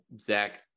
Zach